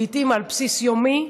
לעיתים על בסיס יומי,